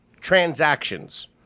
transactions